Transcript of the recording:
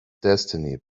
destiny